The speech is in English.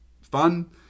fun